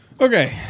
Okay